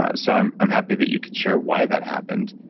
ah so, i'm i'm happy that you could share why that happened.